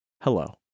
hello